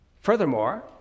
Furthermore